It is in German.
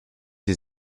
sie